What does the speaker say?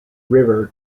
river